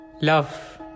Love